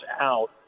out